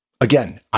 again